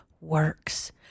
works